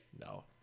No